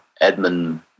Edmund